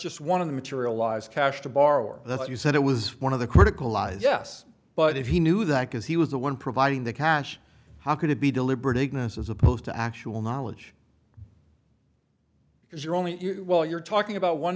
just one of the materialized cash to borrowers that you said it was one of the critical yes but if he knew that because he was the one providing the cash how could it be deliberate ignace as opposed to actual knowledge is your only well you're talking about one